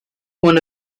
one